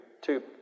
two